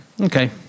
Okay